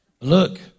Look